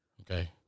Okay